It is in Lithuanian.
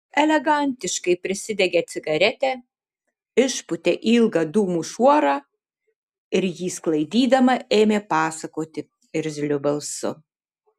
elegantiškai prisidegė cigaretę išpūtė ilgą dūmų šuorą ir jį sklaidydama ėmė pasakoti irzliu balsu